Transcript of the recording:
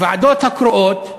הוועדות הקרואות,